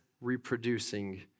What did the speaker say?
reproducing